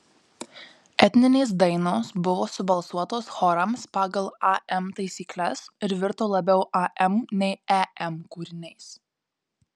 etninės dainos buvo subalsuotos chorams pagal am taisykles ir virto labiau am nei em kūriniais